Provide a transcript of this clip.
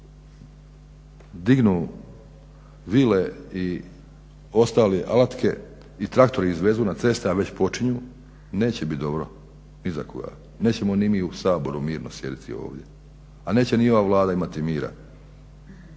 dignu vile i ostale alatke i traktori izvezu na ceste, a već počinju neće bit dobro ni za koga. Nećemo ni mi u Saboru mirno sjediti ovdje, a neće ni ova Vlada imati mira